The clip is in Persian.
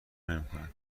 نمیکند